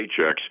paychecks